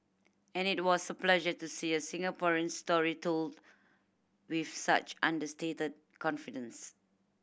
and it was a pleasure to see a Singaporean story told with such understated confidence